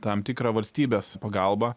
tam tikrą valstybės pagalbą